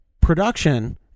Production